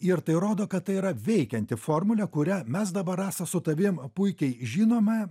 ir tai rodo kad tai yra veikianti formulė kurią mes dabar rasa su tavim puikiai žinome